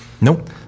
Nope